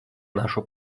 нашу